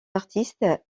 artistes